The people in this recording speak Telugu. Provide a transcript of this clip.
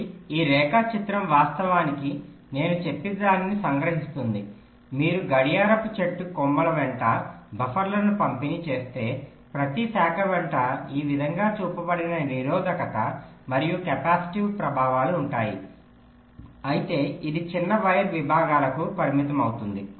కాబట్టి ఈ రేఖాచిత్రం వాస్తవానికి నేను చెప్పినదానిని సంగ్రహిస్తుంది మీరు గడియారపు చెట్టు కొమ్మల వెంట బఫర్లను పంపిణీ చేస్తే ప్రతి శాఖ వెంట ఈ విధంగా చూపబడిన నిరోధక మరియు కెపాసిటివ్ ప్రభావాలు ఉంటాయి అయితే ఇది చిన్న వైర్ విభాగాలకు పరిమితం అవుతుంది